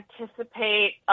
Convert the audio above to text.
anticipate